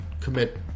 commit